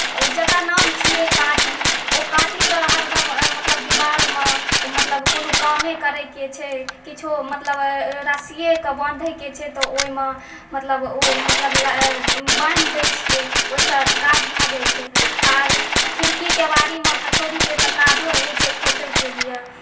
ओ जकर नाम छियै काँटी ओ काँटी तऽ हरदम मतलब दीवालमे कोनो कामे करयके छै किछो मतलब रस्सीएके बांँधैके छै तऽ ओहिमे मतलब ओ बान्हि दैत छियै ओहिसँ काज भए जाइत छै आओर खिड़की केबाड़ीमे हथौड़ीके तऽ काजो रहैत छै ठोकयके लिए